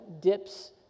dips